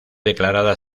declarada